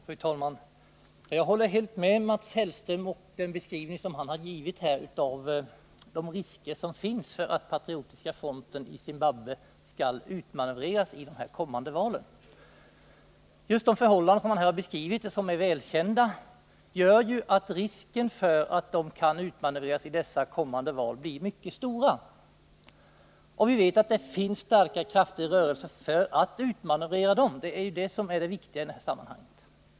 Fru talman! Jag håller helt med Mats Hellström om den beskrivning som han har givit här av de risker som finns för att Patriotiska fronten i Zimbabwe skall utmanövreras i de kommande valen. Just de förhållanden som Mats Hellström beskrivit och som är välkända gör att risken för att Patriotiska fronten kan utmanövreras i de kommande valen blir stor. Och vi vet att det finns starka krafter i rörelse för att utmanövrera Patriotiska fronten. Det är det som är det viktiga i detta sammanhang.